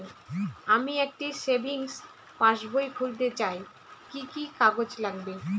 আমি একটি savings passbook খুলতে চাই কি কি কাগজ লাগবে?